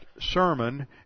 sermon